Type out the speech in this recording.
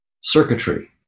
circuitry